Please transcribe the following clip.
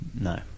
no